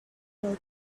will